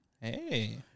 Hey